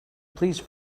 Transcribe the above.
please